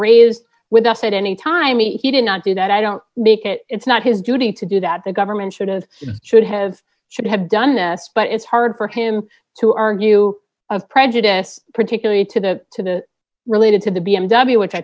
raised with us at any time he did not do that i don't make it it's not his duty to do that the government should and should have should have done us but it's hard for him to argue a prejudice particularly to the to the related to the b m w which i